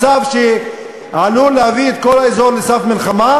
מצב שעלול להביא את כל האזור לסף מלחמה,